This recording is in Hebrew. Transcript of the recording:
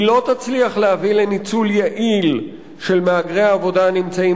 היא לא תצליח להביא לניצול יעיל של מהגרי העבודה הנמצאים